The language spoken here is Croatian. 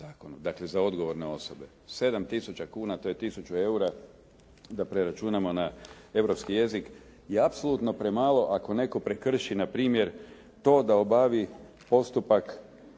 dakle za odgovorne osobe. 7 tisuća kuna, to je tisuću eura da preračunamo na europski jezik je apsolutno premalo ako netko prekrši na primjer to da obavi postupak